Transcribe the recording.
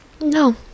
No